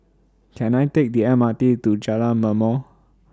Can I Take The M R T to Jalan Ma'mor